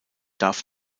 darf